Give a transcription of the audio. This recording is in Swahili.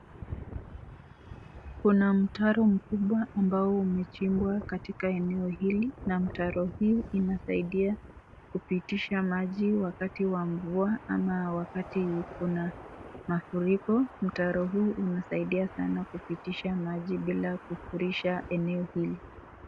Kuna mtaro mkubwa ambao umechimbwa katika eneo hili. Na mtaro hii inasaidia kupitisha maji wakati wa mvua ama wakati kuna mafuriko, mtaro huu unasaidia sana kupitisha maji bila kufurisha eneo hili.